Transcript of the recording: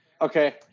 Okay